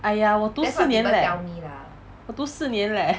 !aiya! 我读四年 leh 我读四年 leh